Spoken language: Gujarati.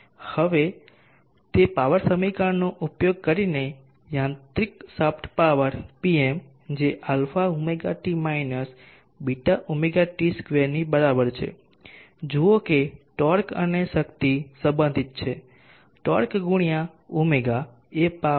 α ωt β ωt2 હવે તે પાવર સમીકરણનો ઉપયોગ કરીને યાંત્રિક શાફ્ટ પાવર Pm જે α ωt β ωt2ની બરાબર છે જુઓ કે ટોર્ક અને શક્તિ સંબંધિત છે ટોર્ક ગુણ્યા ω એ પાવર છે